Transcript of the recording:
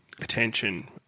attention